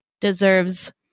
deserves